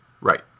Right